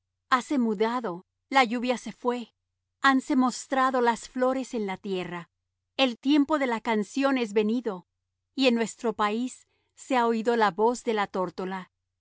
hase mudado la lluvia se fué hanse mostrado las flores en la tierra el tiempo de la canción es venido y en nuestro país se ha oído la voz de la tórtola